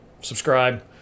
Subscribe